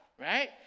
right